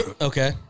Okay